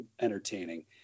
entertaining